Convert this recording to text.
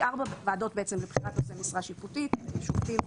בעצם ארבע ועדות לבחירת נושאי משרה שיפוטית: שופטים,